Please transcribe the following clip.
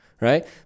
right